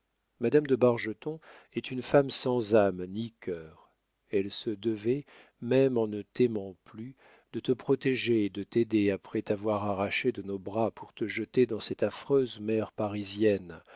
madame de bargeton est une femme sans âme ni cœur elle se devait même en ne t'aimant plus de te protéger et de t'aider après t'avoir arraché de nos bras pour te jeter dans cette affreuse mer parisienne